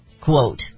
quote